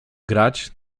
grać